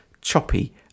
choppy